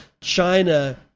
China